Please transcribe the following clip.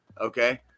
okay